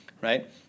Right